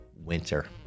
winter